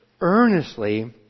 earnestly